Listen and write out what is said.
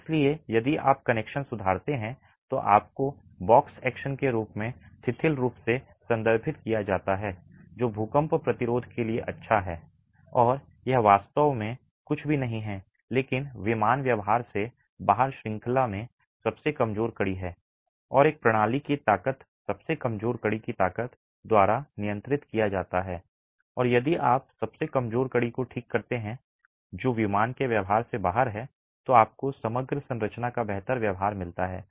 इसलिए यदि आप कनेक्शन सुधारते हैं तो आपको बॉक्स एक्शन के रूप में शिथिल रूप से संदर्भित किया जाता है जो भूकंप प्रतिरोध के लिए अच्छा है और यह वास्तव में कुछ भी नहीं है लेकिन विमान व्यवहार से बाहर श्रृंखला में सबसे कमजोर कड़ी है और एक प्रणाली की ताकत सबसे कमजोर कड़ी की ताकत द्वारा नियंत्रित किया जाता है और यदि आप सबसे कमजोर कड़ी को ठीक करते हैं जो विमान के व्यवहार से बाहर है तो आपको समग्र संरचना का बेहतर व्यवहार मिलता है